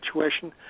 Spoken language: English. situation